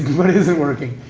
what it isn't working.